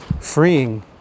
freeing